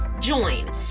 join